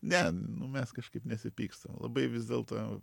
ne nu mes kažkaip nesipykstam labai vis dėlto